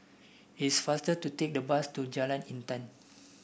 it's faster to take the bus to Jalan Intan